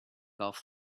off